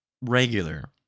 regular